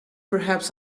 perhaps